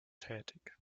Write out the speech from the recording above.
tätig